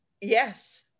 Yes